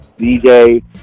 dj